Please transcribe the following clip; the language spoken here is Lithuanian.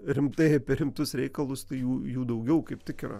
rimtai apie rimtus reikalus tai jų jų daugiau kaip tik yra